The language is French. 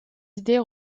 idées